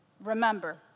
remember